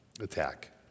attack